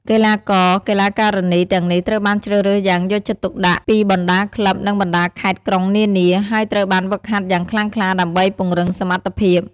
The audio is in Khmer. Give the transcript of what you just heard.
កីឡាករ កីឡាការិនីទាំងនេះត្រូវបានជ្រើសរើសយ៉ាងយកចិត្តទុកដាក់ពីបណ្ដាក្លឹប និងបណ្ដាខេត្តក្រុងនានា ហើយត្រូវបានហ្វឹកហាត់យ៉ាងខ្លាំងក្លាដើម្បីពង្រឹងសមត្ថភាព។